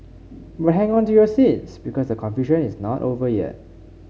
but hang on to your seats because a confusion is not over yet